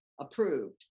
approved